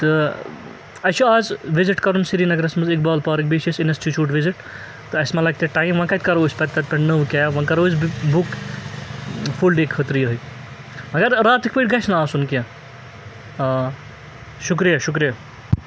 تہٕ اَسہِ چھُ آز وِزِٹ کَرُن سرییٖنَگرَس منٛز اِقبال پارک بیٚیہِ چھِ اَسہِ اِنَسٹِچوٗٹ وِزِٹ تہٕ اَسہِ ما لَگہِ تَتہِ ٹایِم وۄنۍ کَتہِ کَرو أسۍ پَتہٕ تَتہِ پٮ۪ٹھ نٔو کیب وۄنۍ کَرو أسۍ بُک فُل ڈے خٲطرٕ یِہوٚے مگر راتٕکۍ پٲٹھۍ گژھِ نہٕ آسُن کیٚنٛہہ آ شُکریہ شُکریہ